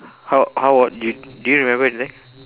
how how about you do you remember anything